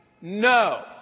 No